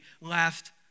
last